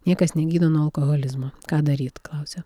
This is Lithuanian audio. niekas negydo nuo alkoholizmo ką daryt klausia